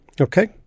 okay